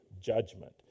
judgment